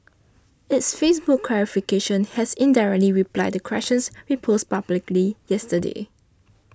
its Facebook clarification has indirectly replied the questions we posed publicly yesterday